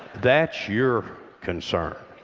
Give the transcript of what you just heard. that's your concern.